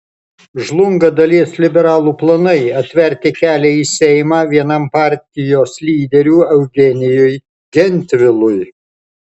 žlunga dalies liberalų planai atverti kelią į seimą vienam partijos lyderių eugenijui gentvilui